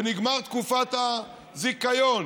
ונגמרה תקופת הזיכיון,